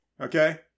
Okay